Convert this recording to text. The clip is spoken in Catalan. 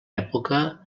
època